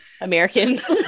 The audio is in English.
Americans